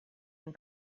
and